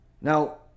now